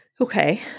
Okay